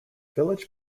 village